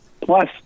plus